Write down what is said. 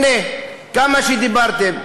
הנה, כמה שדיברתם,